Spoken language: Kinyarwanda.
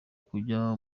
kujya